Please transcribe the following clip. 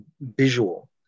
visual